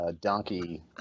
donkey